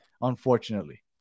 unfortunately